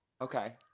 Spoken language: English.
Okay